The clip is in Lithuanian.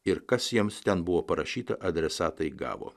ir kas jiems ten buvo parašyta adresatai gavo